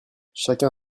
chacun